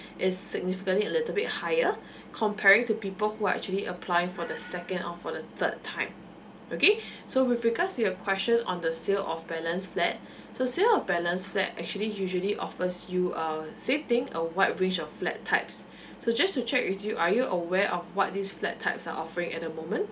is significantly a little bit higher comparing to people who are actually apply for the second or for the third time okay so with regards to your question on the sale of balance flat so sale of balance flat actually usually offers you uh same thing a wide range of flat types so just to check with you are you aware of what this flat types are offering at the moment